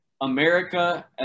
america